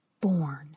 born